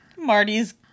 Marty's